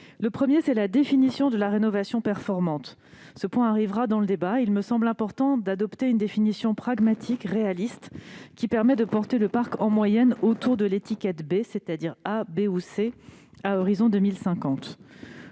porte sur la définition de la rénovation performante. Cette question arrivera dans le débat et il me semble important d'adopter une définition pragmatique, réaliste, qui permette de porter le parc en moyenne autour de l'étiquette B, c'est-à-dire A, B ou C, à l'horizon 2050.